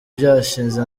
byashize